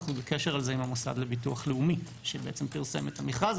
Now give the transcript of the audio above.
אנחנו בקשר בנוגע לזה עם המוסד לביטוח לאומי שפרסם את המכרז.